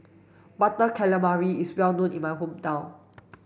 butter calamari is well known in my hometown